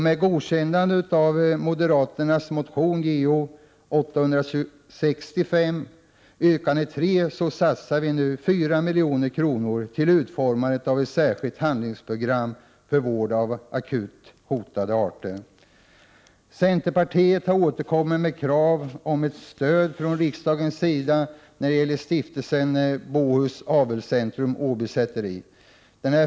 Med godkännande av moderaternas motion Jo865, yrkande 3, satsar vi nu 4 milj.kr. till utformandet av ett särskilt handlingsprogram för vård av akut hotade arter. Centerpartiet har återkommit med krav om ett stöd från riksdagens sida till Stiftelsen Bohus Avelscentrum — Åby Säteri.